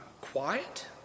Quiet